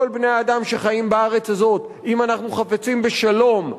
בני-האדם שחיים בארץ הזאת אם אנחנו חפצים בשלום,